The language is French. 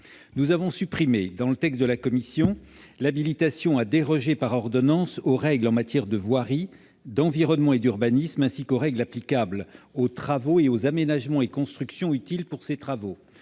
nous avons supprimé l'habilitation à déroger par ordonnances aux règles en matière de voirie, d'environnement et d'urbanisme, ainsi qu'aux règles applicables aux travaux et aux aménagements et constructions utiles pour ces travaux.